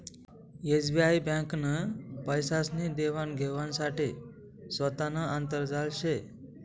SBI ब्यांकनं पैसासनी देवान घेवाण साठे सोतानं आंतरजाल शे